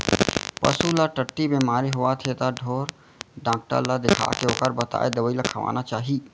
पसू ल टट्टी बेमारी होवत हे त ढोर डॉक्टर ल देखाके ओकर बताए दवई ल खवाना चाही